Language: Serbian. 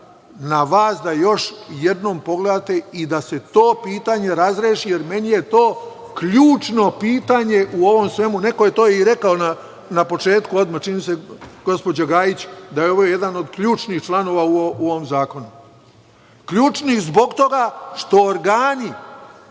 na vas, da još jednom pogledate i da se to pitanje razreši, jer meni je to ključno pitanje u svemu ovome. Neko je to i rekao na početku, čini mi se gospođa Gajić, da je ovo jedan od ključnih članova u ovom zakonu, ključni zbog toga što organi